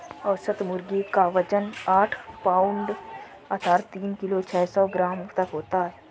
औसत मुर्गी क वजन आठ पाउण्ड अर्थात तीन किलो छः सौ ग्राम तक होता है